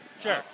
sure